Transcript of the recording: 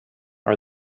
are